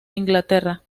inglaterra